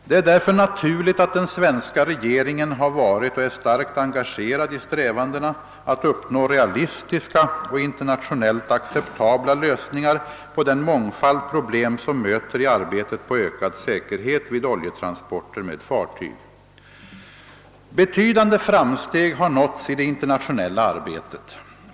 Det är därför naturligt att den svenska regeringen har varit och är starkt engagerad i strävandena att uppnå realistiska och internationellt acceptabla lösningar på den mångfald problem som möter i arbetet på ökad säkerhet vid oljetransporter med fartyg. Betydande framsteg har nåtts i det internationella arbetet.